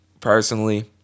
personally